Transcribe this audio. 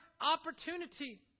opportunity